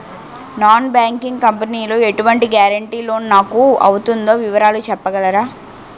Non banking company లో ఎటువంటి guarantee loan నాకు అవుతుందో వివరాలు చెప్పగలరా?